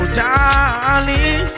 darling